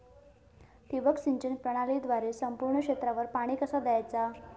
ठिबक सिंचन प्रणालीद्वारे संपूर्ण क्षेत्रावर पाणी कसा दयाचा?